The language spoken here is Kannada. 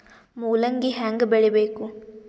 ಮೂಲಂಗಿ ಹ್ಯಾಂಗ ಬೆಳಿಬೇಕು?